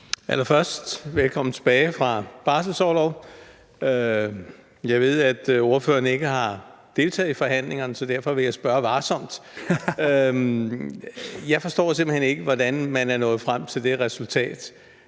Allerførst velkommen tilbage fra barselsorlov. Jeg ved, at ordføreren ikke har deltaget i forhandlingerne, så derfor vil jeg spørge varsomt. Jeg forstår simpelt hen ikke, hvordan man er nået frem til det resultat,